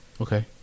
Okay